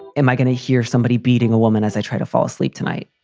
am i going to hear somebody beating a woman as i try to fall asleep tonight?